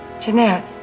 Jeanette